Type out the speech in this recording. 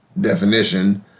definition